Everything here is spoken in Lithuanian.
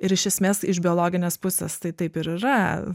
ir iš esmės iš biologinės pusės tai taip ir yra